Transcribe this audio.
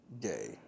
Gay